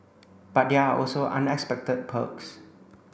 but there are also unexpected perks